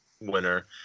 winner